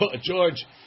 George